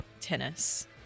tennis